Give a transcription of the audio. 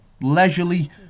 leisurely